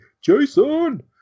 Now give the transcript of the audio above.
Jason